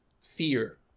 fear